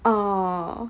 oh